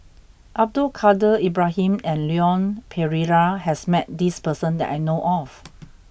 Abdul Kadir Ibrahim and Leon Perera has met this person that I know of